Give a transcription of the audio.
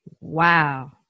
Wow